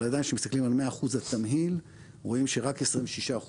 אבל עדיין כשמסתכלים על 100% התמהיל רואים שרק 26%